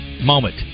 moment